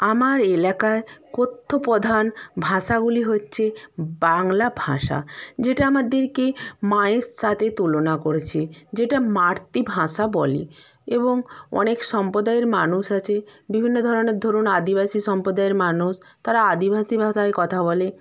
আমার এলাকা কথ্য প্রধান ভাষাগুলি হচ্ছে বাংলা ভাষা যেটা আমাদেরকে মায়ের সাথে তুলনা করেছে যেটা মাতৃভাষা বলে এবং অনেক সম্প্রদায়ের মানুষ আছে বিভিন্ন ধরনের ধরুন আদিবাসী সম্প্রদায়ের মানুষ তারা আদিবাসী ভাষায় কথা বলে